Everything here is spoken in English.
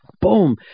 boom